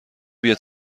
بیا